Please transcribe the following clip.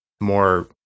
more